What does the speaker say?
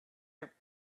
are